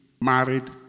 married